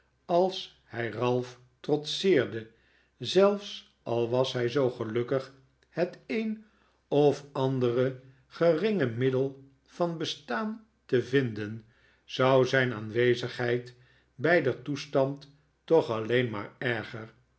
als hij ralph trotseerde zelfs al was hij zoo gelukkig het een of andere geringe middel van bestaan te vinden zou zijn aanwezigheid beider toestand toch alleen maar erger